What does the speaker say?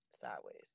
sideways